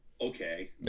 Okay